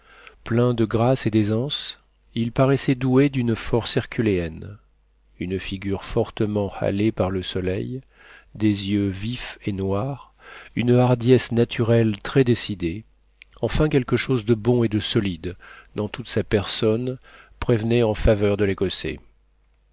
plein de grâce et d'aisance il paraissait doué d'une force herculéenne une figure fortement hâlée par le soleil des yeux vifs et noirs une hardiesse naturelle très décidée enfin quelque chose de bon et de solide dans toute sa personne prévenait en faveur de